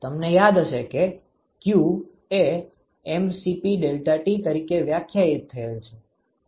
તમને યાદ હશે કે q એ mCp ∆T તરીકે વ્યાખ્યાયિત થયેલ છે